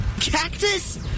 cactus